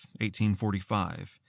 1845